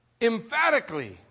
emphatically